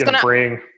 bring